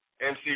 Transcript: MC